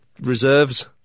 reserves